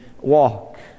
walk